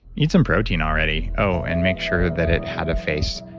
eat some protein already. oh, and make sure that it had a face